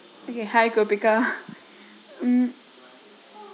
okay hi gupika mm